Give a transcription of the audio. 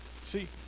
See